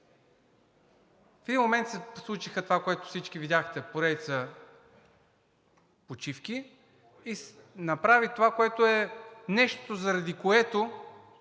В един момент се случи това, което всички видяхте – поредица почивки, и направи се това, нещото, заради което